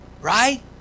right